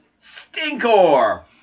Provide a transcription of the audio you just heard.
Stinkor